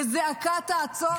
בזעקה: תעצור,